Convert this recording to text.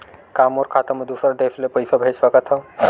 का मोर खाता म दूसरा देश ले पईसा भेज सकथव?